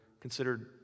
considered